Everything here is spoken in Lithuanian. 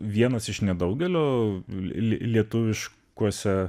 vienas iš nedaugelio lie lietuviškuose